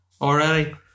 already